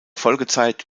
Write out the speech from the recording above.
folgezeit